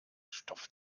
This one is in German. stoff